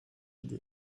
idée